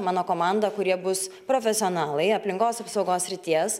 mano komanda kurie bus profesionalai aplinkos apsaugos srities